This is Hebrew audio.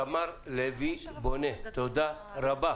תודה רבה.